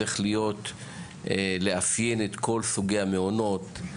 צריך לאפיין את כל סוגי המעונות,